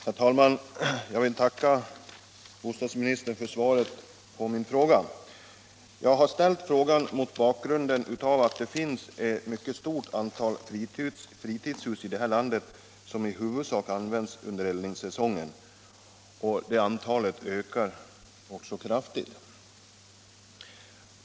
Nr 78 Herr talman! Jag vill tacka bostadsministern för svaret på min fråga. Torsdagen den Jag har ställt frågan mot bakgrund av att det finns ett mycket stort 3 mars 1977 antal fritidshus i det här landet som i huvudsak används under eld= — ningssäsongen, och det antalet ökar kraftigt.